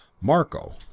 Marco